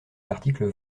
l’article